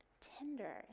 tender